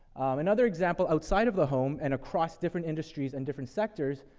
another example outside of the home, and across different industries and different sectors,